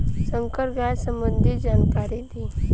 संकर गाय संबंधी जानकारी दी?